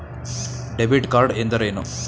Debit card ಎಂದರೇನು?